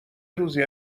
روزی